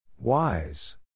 Wise